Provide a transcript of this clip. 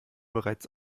bereits